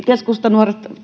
keskustanuoret